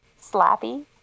slappy